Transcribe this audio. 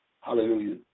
Hallelujah